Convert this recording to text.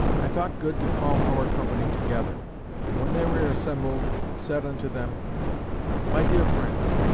i thought good to call our company together and when they were assembled, said unto them my dear friends,